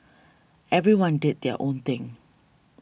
everyone did their own thing